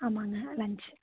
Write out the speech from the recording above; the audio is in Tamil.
ஆமாங்க லஞ்ச்